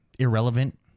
Irrelevant